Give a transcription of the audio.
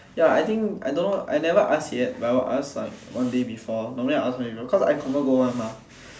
ya I think I don't know I never ask yet but I'll ask like one day before normally I will ask cause I confirm go one mah